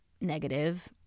negative